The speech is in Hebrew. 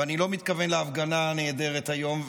ואני לא מתכוון להפגנה הנהדרת היום,